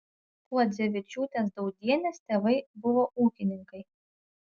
kuodzevičiūtės daudienės tėvai buvo ūkininkai